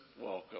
welcome